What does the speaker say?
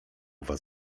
was